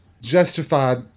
justified